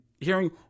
hearing